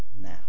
now